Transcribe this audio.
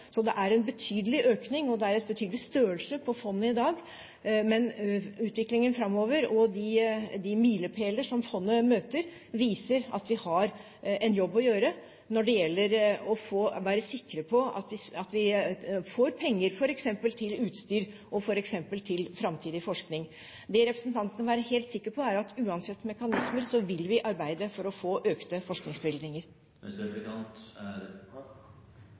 så det er en betydelig økning. Det er en betydelig størrelse på fondet i dag, men utviklingen framover og de milepæler som fondet møter, viser at vi har en jobb å gjøre når det gjelder å være sikker på at vi får penger, f.eks. til utstyr og til framtidig forskning. Det representanten må være helt sikker på, er at uansett mekanismer vil vi arbeide for å få økte forskningsbevilgninger. Nå hadde jeg egentlig tenkt å bruke min replikk på dette med utdanning for alle, for det er